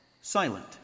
Silent